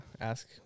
ask